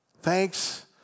Thanks